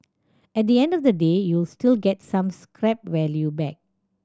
at the end of the day you'll still get some scrap value back